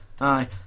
Aye